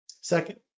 Second